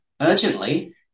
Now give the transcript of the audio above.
urgently